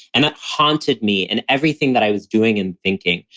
and that haunted me and everything that i was doing and thinking.